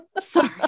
Sorry